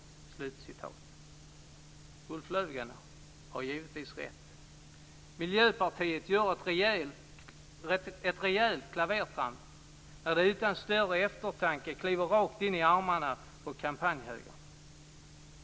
Ulf Löfgren har givetvis rätt. Miljöpartiet gör ett rejält klavertramp när de utan större eftertanke kliver rakt in i armarna på kampanjhögern.